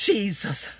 Jesus